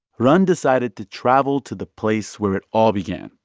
rund decided to travel to the place where it all began